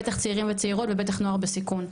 בטח צעירים וצעירות ובטח נוער בסיכון.